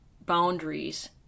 boundaries